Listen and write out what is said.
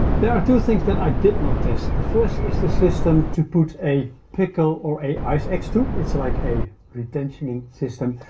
there are two things that i did not test. the first is the system to put a pickle or a ice ax to. it's like a retentioning system,